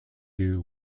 doo